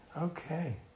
Okay